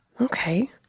Okay